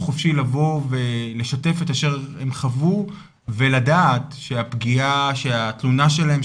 חופשי לבוא ולשתף את אשר הם חוו ולדעת שהפגיעה שהתלונה שלהם,